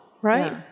right